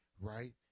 right